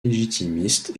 légitimiste